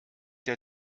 der